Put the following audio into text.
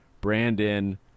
Brandon